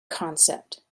concept